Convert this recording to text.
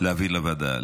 להעביר לוועדה.